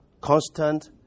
constant